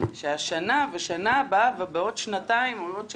שהשנה ושנה הבאה ובעוד שנתיים או עוד שלוש,